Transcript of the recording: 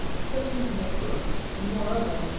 so intermixed and, moreover,